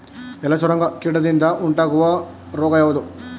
ಎಲೆ ಸುರಂಗ ಕೀಟದಿಂದ ಉಂಟಾಗುವ ರೋಗ ಯಾವುದು?